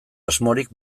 asmorik